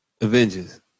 Avengers